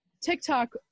TikTok